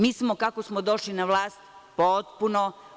Mi smo, kako smo došli na vlast, potpuno…